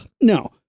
No